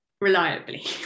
reliably